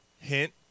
Hint